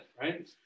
right